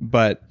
but